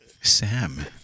Sam